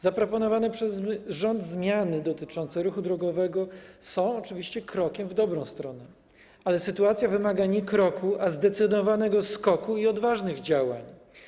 Zaproponowane przez rząd zmiany dotyczące ruchu drogowego są oczywiście krokiem w dobrą stronę, ale sytuacja wymaga nie kroku, ale zdecydowanego skoku i odważnych działań.